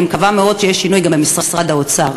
אני מקווה מאוד שיהיה שינוי גם במשרד האוצר.